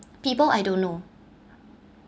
people I don't know